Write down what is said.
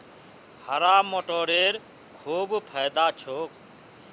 हरा मटरेर खूब फायदा छोक